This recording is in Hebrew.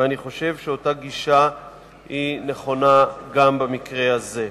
ואני חושב שאותה גישה נכונה גם במקרה הזה.